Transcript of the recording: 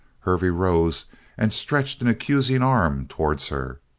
hervey rose and stretched an accusing arm towards her.